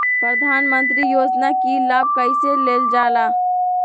प्रधानमंत्री योजना कि लाभ कइसे लेलजाला?